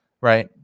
Right